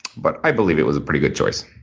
but i believe it was a pretty good choice.